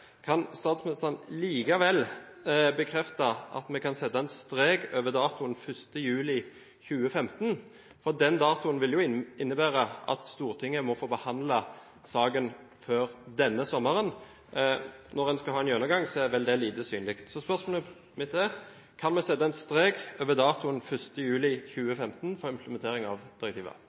kan statsministeren likevel bekrefte at vi kan sette en strek over datoen 1. juli 2015? Den datoen vil jo innebære at Stortinget må få behandlet saken før denne sommeren. Når en skal ha en gjennomgang, er vel dette lite sannsynlig. Så spørsmålet mitt er: Kan vi sette en strek over datoen 1. juli 2015 for implementering av